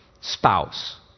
spouse